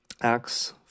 Acts